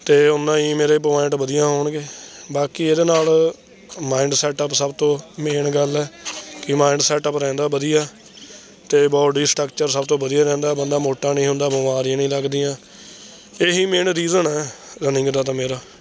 ਅਤੇ ਉਨਾ ਹੀ ਮੇਰੇ ਪੁਆਇੰਟ ਵਧੀਆ ਆਉਣਗੇ ਬਾਕੀ ਇਹਦੇ ਨਾਲ ਮਾਇੰਡ ਸੈਟਅੱਪ ਸਭ ਤੋਂ ਮੇਨ ਗੱਲ ਹੈ ਕਿ ਮਾਇੰਡ ਸੈਟਅੱਪ ਰਹਿੰਦਾ ਵਧੀਆ ਅਤੇ ਬੌਡੀ ਸਟ੍ਰਕਚਰ ਸਭ ਤੋਂ ਵਧੀਆ ਰਹਿੰਦਾ ਬੰਦਾ ਮੋਟਾ ਨਹੀਂ ਹੁੰਦਾ ਬਿਮਾਰੀਆਂ ਨਹੀਂ ਲੱਗਦੀਆਂ ਇਹੀ ਮੇਨ ਰੀਜ਼ਨ ਹੈ ਰਨਿੰਗ ਦਾ ਤਾਂ ਮੇਰਾ